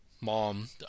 mom